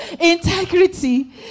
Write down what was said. Integrity